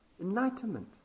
Enlightenment